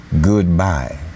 goodbye